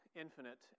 infinite